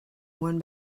one